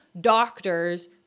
doctors